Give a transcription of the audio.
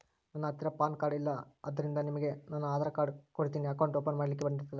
ನನ್ನ ಹತ್ತಿರ PAN card ಇಲ್ಲ ಆದ್ದರಿಂದ ನಿಮಗೆ ನನ್ನ ಆಧಾರ್ ಕಾರ್ಡ್ ಕೊಡ್ತೇನಿ ಅಕೌಂಟ್ ಓಪನ್ ಮಾಡ್ಲಿಕ್ಕೆ ನಡಿತದಾ?